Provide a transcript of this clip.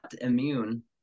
immune